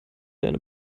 deine